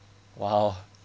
!wow!